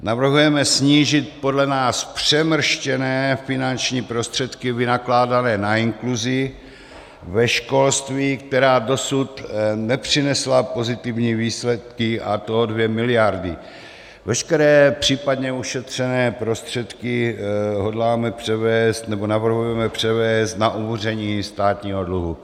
Navrhujeme snížit podle nás přemrštěné finanční prostředky vynakládané na inkluzi ve školství, která dosud nepřinesla pozitivní výsledky, a to 2 mld. Veškeré případně ušetřené prostředky hodláme převést, nebo navrhujeme převést na umoření státního dluhu.